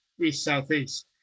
east-southeast